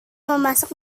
memasak